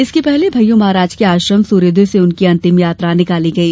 इसके पहले भय्यू महाराज के आश्रम सूर्योदय से उनकी अंतिम यात्रा निकाली गई